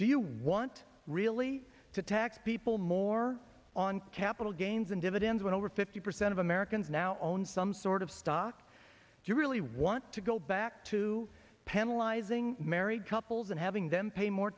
do you want really to tax people more on capital gains and dividends when over fifty percent of americans now own some sort of stock do you really want to go back to penalize ing married couples and having them pay more